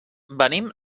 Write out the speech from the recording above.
venim